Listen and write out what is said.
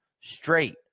straight